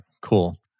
cool